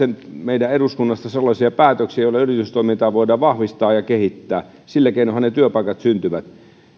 meiltä eduskunnasta sellaisia päätöksiä joilla yritystoimintaa voidaan vahvistaa ja kehittää sillä keinoinhan ne työpaikat syntyvät